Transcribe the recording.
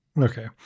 Okay